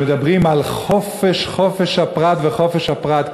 מדברים על חופש, חופש הפרט וחופש הפרט.